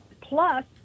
Plus